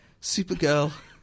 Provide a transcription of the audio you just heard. Supergirl